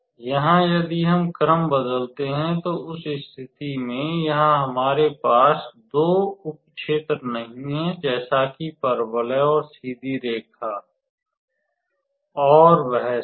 यहाँ यदि हम क्रम बदलते हैं तो उस स्थिति में यहाँ हमारे पास दो उप क्षेत्र नहीं हैं जैसे कि परवलय और सीधी रेखा और वह सब